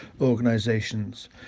organizations